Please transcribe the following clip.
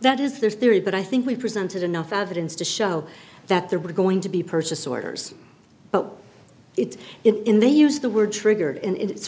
that is their theory but i think we presented enough evidence to show that there were going to be purchase orders but it's in they use the word trigger and it's